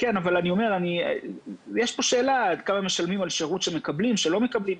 פה שאלה כמה מקבלים על שירות שמקבלים או לא מקבלים.